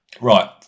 Right